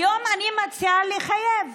היום אני מציעה לחייב